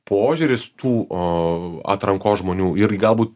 požiūris tų atrankos žmonių ir galbūt